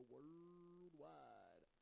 Worldwide